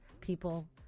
people